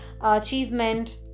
achievement